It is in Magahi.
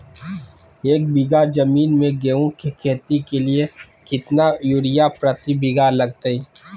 एक बिघा जमीन में गेहूं के खेती के लिए कितना यूरिया प्रति बीघा लगतय?